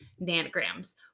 nanograms